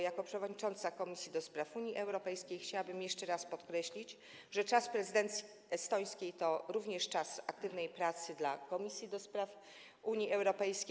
Jako przewodnicząca Komisji do Spraw Unii Europejskiej chciałabym jeszcze raz podkreślić, że czas prezydencji estońskiej to również czas aktywnej pracy Komisji do Spraw Unii Europejskiej.